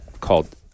called